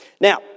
Now